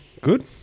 Good